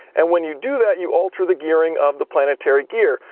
and when you do that, you alter the gearing of the planetary gear.